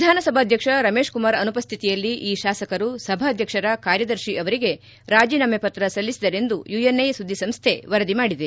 ವಿಧಾನಸಭಾಧ್ವಕ್ಷ ರಮೇಶ್ ಕುಮಾರ್ ಅನುಪಸ್ವಿತಿಯಲ್ಲಿ ಈ ಶಾಸಕರು ಸಭಾಧ್ವಕ್ಷರ ಕಾರ್ಯದರ್ಶಿ ಅವರಿಗೆ ರಾಜೀನಾಮೆ ಪತ್ರ ಸಲ್ಲಿಸಿದರೆಂದು ಯುಎನ್ಐ ಸುದ್ದಿಸಂಸ್ಥೆ ವರದಿ ಮಾಡಿದೆ